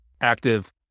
active